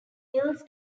hills